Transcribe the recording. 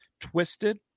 twisted